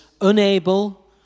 unable